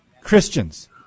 Christians